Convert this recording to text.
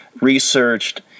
researched